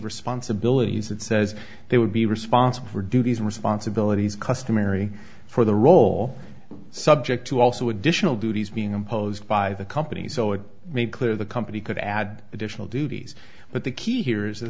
responsibilities it says they would be responsible for duties and responsibilities customary for the role subject to also additional duties being imposed by the company so it made clear the company could add additional duties but the key here